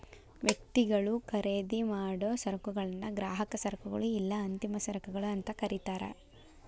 ವ್ಯಕ್ತಿಗಳು ಖರೇದಿಮಾಡೊ ಸರಕುಗಳನ್ನ ಗ್ರಾಹಕ ಸರಕುಗಳು ಇಲ್ಲಾ ಅಂತಿಮ ಸರಕುಗಳು ಅಂತ ಕರಿತಾರ